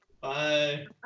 Bye